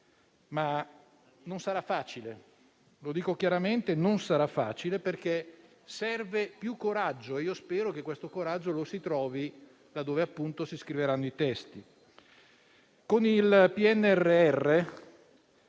ma non sarà facile, lo dico chiaramente: non sarà facile perché serve più coraggio e spero che questo coraggio lo si trovi quando si scriveranno i testi. Con il Piano